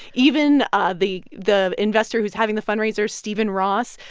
even ah the the investor who's having the fundraiser, stephen ross,